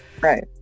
Right